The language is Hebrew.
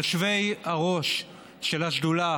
כיושבי-ראש של השדולה